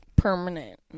Permanent